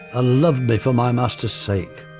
ah loved me for my master's sake.